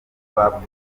bapfuye